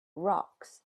rocks